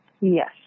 Yes